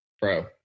Bro